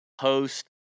host